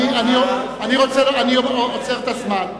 אני עוצר את הזמן.